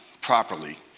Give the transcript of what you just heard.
properly